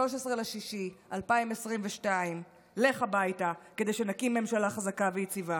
13 ביוני 2022. לך הביתה כדי שנקים ממשלה חזקה ויציבה,